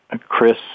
Chris